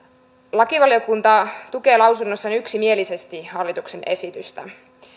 lakivaliokunta tukee mietinnössään yksimielisesti hallituksen esitystä